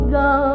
go